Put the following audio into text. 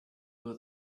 was